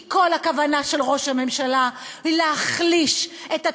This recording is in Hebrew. כי כל הכוונה של ראש הממשלה היא להחליש את התקשורת,